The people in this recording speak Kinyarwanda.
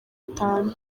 atanu